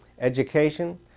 education